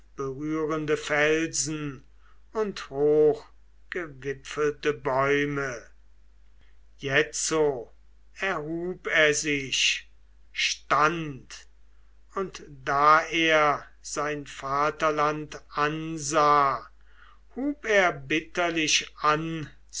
wolkenberührende felsen und hochgewipfelte bäume jetzo erhub er sich stand und da er sein vaterland ansah hub er bitterlich an